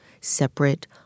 separate